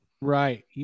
Right